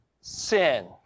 sin